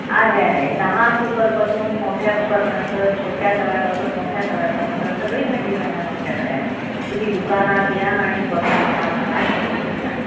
आहे आहे लहान कुकरपासून मोठ्या कुकरपर्यंत छोट्या तव्यापासून मोठ्या तव्यापर्यंत सगळी भांडी मॅडम आमच्याकडे आहे तुम्ही दुकानात या आणि बघा तुम्हाला काय लागेल ते घ्या